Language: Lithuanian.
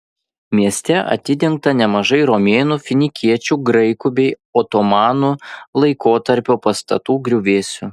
mieste atidengta nemažai romėnų finikiečių graikų bei otomanų laikotarpio pastatų griuvėsių